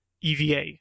EVA